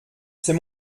c’est